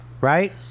Right